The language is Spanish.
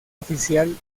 oficial